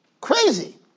Crazy